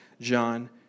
John